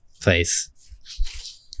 place